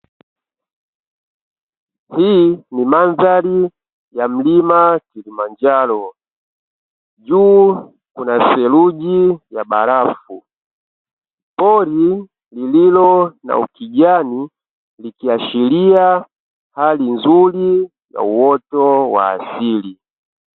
Hii ni mandhari ya mlima Kilimanjaro, juu kuna theluji ya barafu. Pori lililo na ukijani likiashiria hali nzuri ya uoto wa asili.